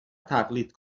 تقلید